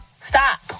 Stop